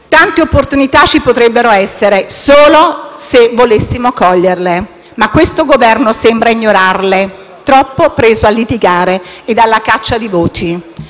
tante opportunità ci potrebbero essere se solo volessimo coglierle, ma questo Governo sembra ignorarle, troppo preso a litigare e a caccia di voti.